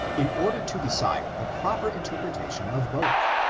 in order to decide the proper interpretation of both.